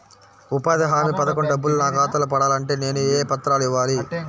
ఉపాధి హామీ పథకం డబ్బులు నా ఖాతాలో పడాలి అంటే నేను ఏ పత్రాలు ఇవ్వాలి?